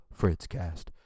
FritzCast